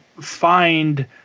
find